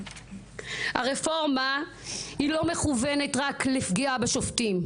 הרפורמה היא לא מכוונת רק לפגיעה בשופטים,